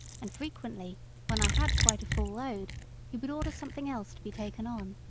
and frequently when i had quite a full load he would order something else to be taken on.